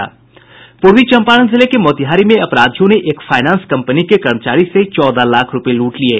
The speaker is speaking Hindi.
पूर्वी चंपारण जिले के मोतिहारी में अपराधियों ने एक फाइनेंस कंपनी के कर्मचारी से चौदह लाख रूपये लूट लिये